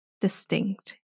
distinct